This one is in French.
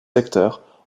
secteurs